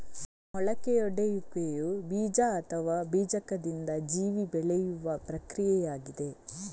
ಮೊಳಕೆಯೊಡೆಯುವಿಕೆಯು ಬೀಜ ಅಥವಾ ಬೀಜಕದಿಂದ ಜೀವಿ ಬೆಳೆಯುವ ಪ್ರಕ್ರಿಯೆಯಾಗಿದೆ